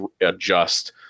adjust